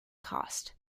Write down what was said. cost